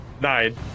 Nine